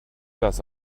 das